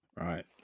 Right